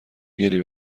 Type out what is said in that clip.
گلی